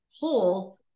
whole